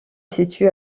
situe